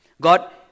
God